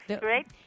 great